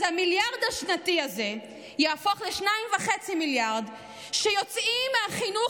אז המיליארד השנתי הזה יהפוך ל-2.5 מיליארד שיוצאים מהחינוך